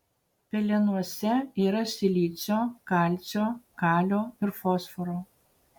pelenuose yra silicio kalcio kalio ir fosforo